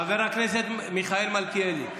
חבר הכנסת מיכאל מלכיאלי,